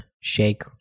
shake